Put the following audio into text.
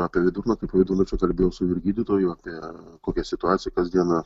apie vidurnaktį po vidurnakčio kalbėjau su vyr gydytoju apie kokia situacija kas dieną